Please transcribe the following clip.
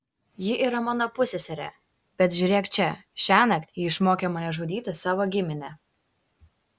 ji yra mano pusseserė bet žiūrėk čia šiąnakt ji išmokė mane žudyti savo giminę